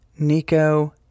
Nico